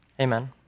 Amen